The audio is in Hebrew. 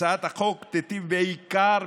הצעת החוק תיטיב בעיקר,